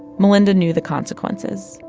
melynda knew the consequences.